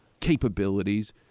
capabilities